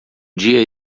dia